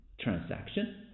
transaction